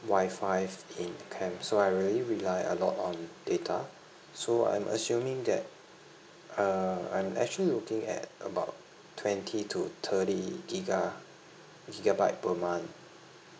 wifi in camp so I really rely a lot on data so I'm assuming that uh I'm actually looking at about twenty to thirty giga~ gigabyte per month